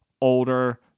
older